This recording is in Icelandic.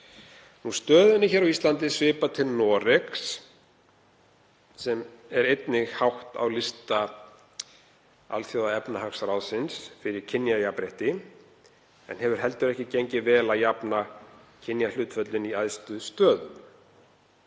Stöðunni á Íslandi svipar til Noregs sem er einnig hátt á lista Alþjóðaefnahagsráðsins fyrir kynjajafnrétti, en þar hefur heldur ekki gengið vel að jafna kynjahlutföllin í æðstu stöðum.